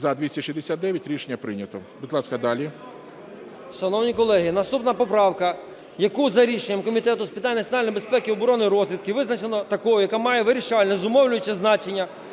За-269 Рішення прийнято. Будь ласка, далі.